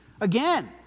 again